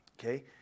Okay